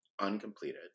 uncompleted